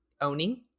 owning